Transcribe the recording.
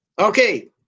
Okay